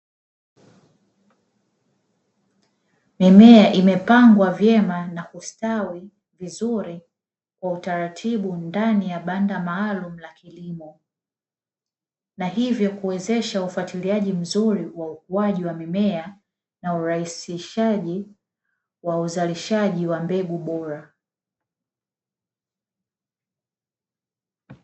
Mimea imepangwa vyema na kustawi vizuri kwa utaratibu ndani ya banda maalumu la kilimo, na hivyo kuwezesha ufatiliaji mzuri wa ukuaji wa mimea na urahisishaji wa uzalishaji wa mbegu bora.